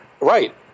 right